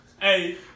Hey